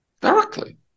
directly